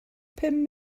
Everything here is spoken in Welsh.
pum